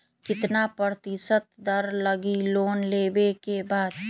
कितना प्रतिशत दर लगी लोन लेबे के बाद?